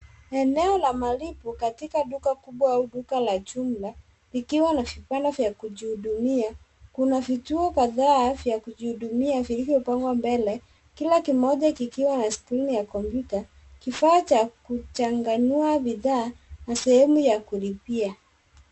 Eneo la malipo katika duka kubwa au duka la jumla likiwa na vibanda vya kujihudumia. Kuna vituo kadhaa vya kujihudumia vilivyopangwa mbele, kila kimoja kikiwa na stima ya kompyuta, kifaa cha kuchanganua bidhaa na sehemu ya kulipia.